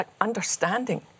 understanding